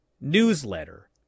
newsletter